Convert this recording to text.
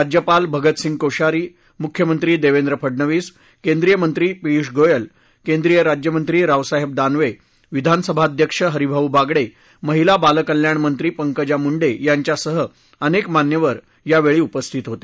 राज्यपाल भगतसिंह कोश्यारी मुख्यमंत्री देवेंद्र फडणवीस केंद्रीय मंत्री पियुष गोयल केंद्रीय राज्यमंत्री रावसाहेब दानवे विधानसभाध्यक्ष हरिभाऊ बागडे महिला बालकल्याण मंत्री पंकजा मुंडे यांच्यासह अनेक मान्यवर यावेळी उपस्थित होते